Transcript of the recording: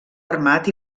armat